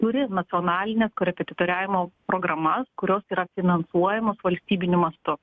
turi nacionalines korepetitoriavimo programas kurios yra finansuojamos valstybiniu mastu